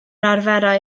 arferai